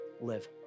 live